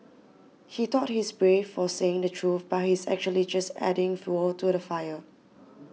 he thought he's brave for saying the truth but he's actually just adding fuel to the fire